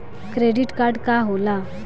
Credit card का होला?